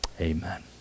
Amen